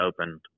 opened